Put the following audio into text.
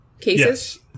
cases